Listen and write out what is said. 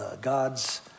God's